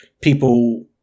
People